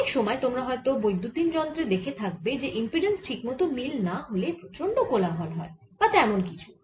অনেক সময় তোমরা হয়ত বৈদ্যুতিন যন্ত্রে দেখে থাকবে যে ইম্পিড্যান্স ঠিকমত মিল না হলে প্রচণ্ড কোলাহল হয় বা তেমন কিছু